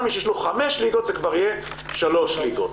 מי שיש לו חמש ליגות זה כבר יהיה שלוש ליגות.